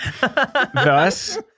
Thus